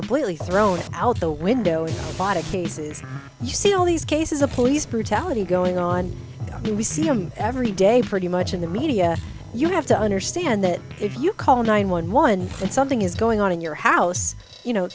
completely thrown out the window and bought a cases you see all these cases of police brutality going on we see him every day pretty much in the media you have to understand that if you call nine one one and something is going on in your house you know